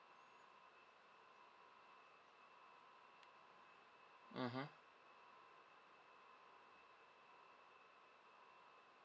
mmhmm